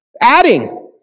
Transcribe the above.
Adding